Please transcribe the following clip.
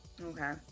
Okay